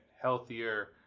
healthier